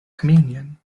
communion